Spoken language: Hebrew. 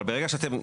אבל ברגע שאתם,